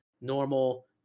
normal